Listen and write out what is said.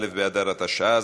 א' באדר התשע"ז,